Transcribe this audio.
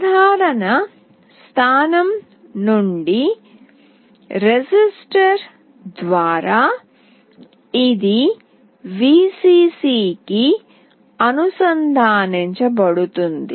సాధారణ స్థానం నుండి రెసిస్టర్ ద్వారా ఇది Vcc కి అనుసంధానించబడుతుంది